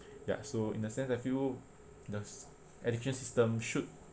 ya so in the sense I feel the s~ education system should